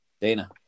Dana